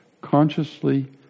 consciously